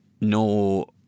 no